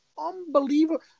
Unbelievable